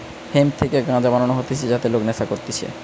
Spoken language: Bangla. হেম্প থেকে গাঞ্জা বানানো হতিছে যাতে লোক নেশা করতিছে